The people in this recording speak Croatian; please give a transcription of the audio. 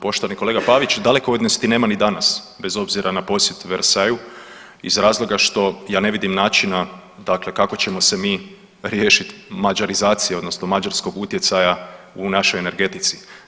Poštovani kolega Pavić dalekovidnosti nema ni danas bez obzira na posjet Versaju iz razloga što ja ne vidim načina, dakle kako ćemo se mi riješiti mađarizacije, odnosno mađarskog utjecaja u našoj energetici.